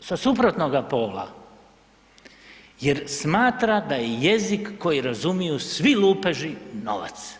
sa suprotnoga pola jer smatra da je jezik koji razumiju svi lupeži novac.